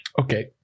Okay